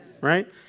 Right